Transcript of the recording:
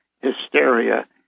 hysteria